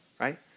right